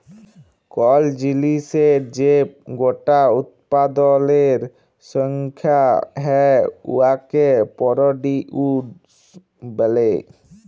call জিলিসের যে গটা উৎপাদলের সংখ্যা হ্যয় উয়াকে পরডিউস ব্যলে